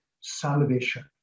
salvation